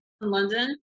London